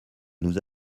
nous